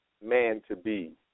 man-to-be